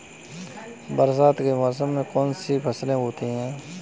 बरसात के मौसम में कौन कौन सी फसलें होती हैं?